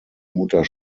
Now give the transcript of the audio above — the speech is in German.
mutter